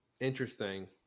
interesting